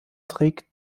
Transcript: trägt